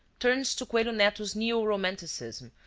turns to coelho netto's neo-romanticism,